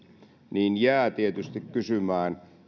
niin jää tietysti kysymään